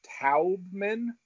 Taubman